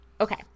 okay